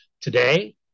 today